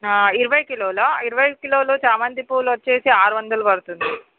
ఇరవై కిలోలా ఇరవై కిలోలు చామంతి పూలు వచ్చి ఆరు వందలు పడుతుంది